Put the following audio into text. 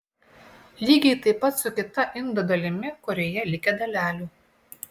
lygiai taip pat su kita indo dalimi kurioje likę dalelių